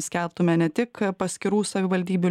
skelbtume ne tik paskirų savivaldybių